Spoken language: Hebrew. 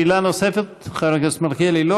שאלה נוספת, חבר הכנסת מלכיאלי?